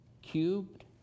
cubed